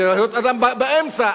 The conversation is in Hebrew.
שאמור להיות אדם באמצע,